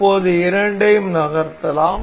இப்போது இரண்டையும் நகர்த்தலாம்